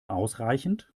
ausreichend